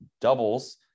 doubles